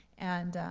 and,